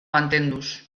mantenduz